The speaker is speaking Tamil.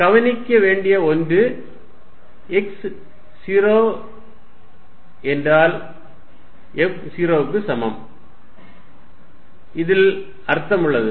F14π0Qqx2a2432 கவனிக்கவேண்டிய ஒன்று x 0 என்றால் F 0 க்கு சமம் இதில் அர்த்தம் உள்ளது